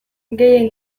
gehien